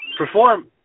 Perform